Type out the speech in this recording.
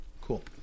Cool